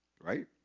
right